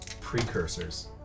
Precursors